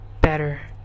better